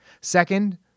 Second